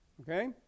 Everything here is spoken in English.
okay